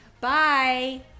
Bye